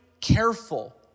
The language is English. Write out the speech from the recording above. careful